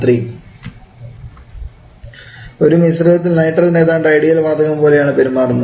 3 ഒരു മിശ്രിതത്തിൽ നൈട്രജൻ ഏതാണ്ട് ഐഡിയൽ വാതകം പോലെയാണ് പെരുമാറുന്നത്